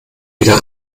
wieder